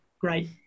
great